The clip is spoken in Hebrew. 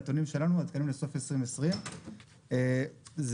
הנתונים שלנו עדכניים לסוף שנת 2020. זה